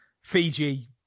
Fiji